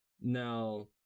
Now